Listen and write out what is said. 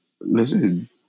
Listen